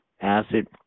acid